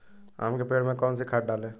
आम के पेड़ में कौन सी खाद डालें?